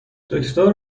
دکتر